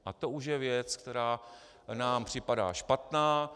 A to už je věc, která nám připadá špatná.